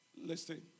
Listen